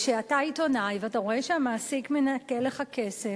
כשאתה עיתונאי ואתה רואה שהמעסיק מנכה לך כסף,